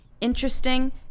interesting